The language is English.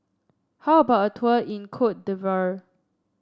how about a tour in Cote d'Ivoire